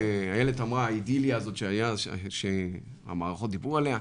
ואיילת ציינה את האידיליה שהמערכות דיברה עליה,